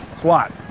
SWAT